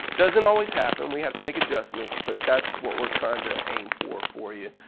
doesn't always happen, we have to make adjustments, but that's what we're trying to aim for for you.